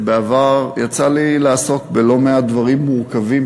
בעבר יצא לי לעסוק בלא מעט דברים מורכבים,